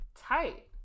Tight